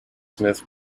smith